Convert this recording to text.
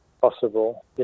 possible